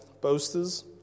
boasters